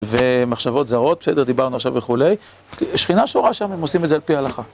ומחשבות זרות, בסדר, דיברנו עכשיו וכולי. שכינה שורה שם, הם עושים את זה על פי ההלכה.